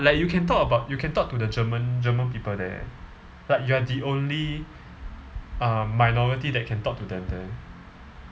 like you can talk about you can talk to the german german people there like you are the only uh minority that can talk to them there